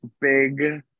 big